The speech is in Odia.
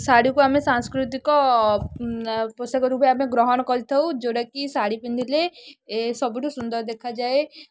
ଶାଢ଼ୀକୁ ଆମେ ସାଂସ୍କୃତିକ ପୋଷାକ ରୂପେ ଆମେ ଗ୍ରହଣ କରିଥାଉ ଯେଉଁଟାକି ଶାଢ଼ୀ ପିନ୍ଧିଲେ ଏ ସବୁଠୁ ସୁନ୍ଦର ଦେଖାଯାଏ